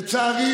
לצערי,